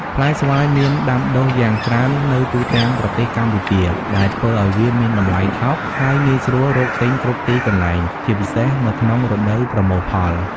ផ្លែស្វាយមានដាំដុះយ៉ាងច្រើននៅទូទាំងប្រទេសកម្ពុជា ដែលធ្វើឱ្យវាមានតម្លៃថោក ហើយងាយស្រួលរកទិញគ្រប់ទីកន្លែង ជាពិសេសនៅក្នុងរដូវប្រមូលផល។